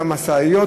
אותן משאיות,